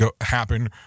happen